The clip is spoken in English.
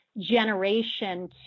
generation